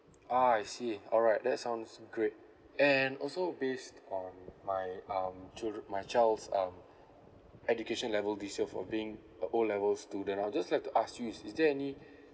ah I see alright that sounds great and also based on my um childre~ my child's um education level this year for being the O level student I'd just like to ask you is is there any